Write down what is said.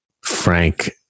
Frank